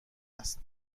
است